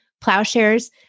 Plowshares